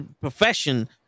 profession